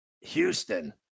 Houston